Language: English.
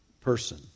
person